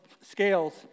scales